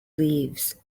leaves